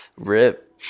Rip